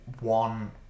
one